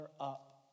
up